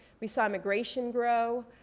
we saw immigration grow.